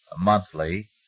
Monthly